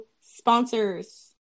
sponsors